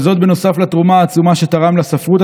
כל זאת נוסף על התרומה העצומה שתרם לספרות